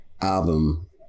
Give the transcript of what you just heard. album